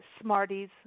Smarties